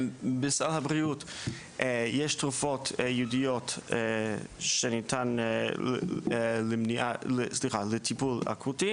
בסל הבריאות יש תרופות ייעודיות שניתן לטיפול אקוטי